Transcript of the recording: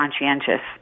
conscientious